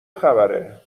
خبره